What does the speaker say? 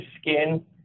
skin